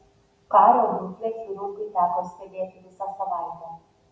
kario būklę chirurgui teko stebėti visą savaitę